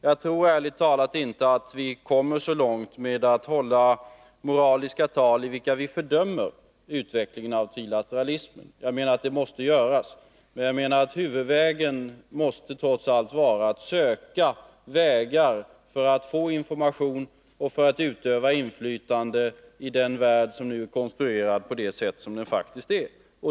Jag tror ärligt talat inte att vi kommer så långt med att hålla tal där vi moraliskt fördömer utvecklingen av trilateralismen. Det måste göras, men huvudvägen måste trots allt vara att söka kanaler för att få information och för att utöva inflytande i den värld som nu är konstruerad på det sätt som den faktiskt är.